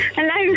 Hello